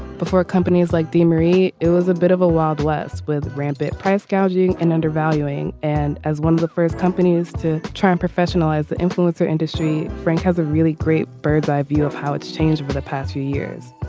before companies like the memory. it was a bit of a wild west with rampant price gouging and undervaluing. and as one of the first companies to try and professionalize the influencer industry frank has a really great bird's eye view of how it's changed over the past few years